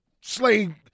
Slay